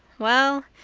well,